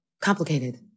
Complicated